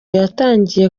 yatangiye